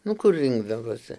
nu kur rinkdavosi